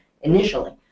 initially